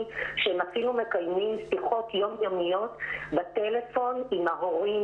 שהם אפילו מקיימים שיחות יומיומיות בטלפון עם ההורים,